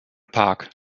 park